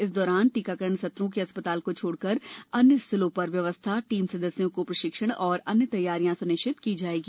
इस दौरान टीकाकरण सत्रों की अस्पताल को छोड़कर अन्य स्थलों पर व्यवस्था टीम सदस्यों को प्रशिक्षण और अन्य तैयारियां सुनिश्चित की जायेगी